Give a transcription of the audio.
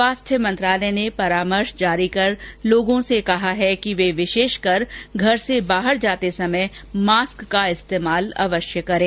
स्वास्थ्य मंत्रालय ने परामर्श जारी कर लोगों से कहा है कि वे विशेषकर घर से बाहर जाते समय मॉस्क का इस्तेमाल अवश्य करें